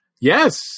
Yes